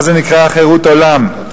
מה זה נקרא "חירות עולם"?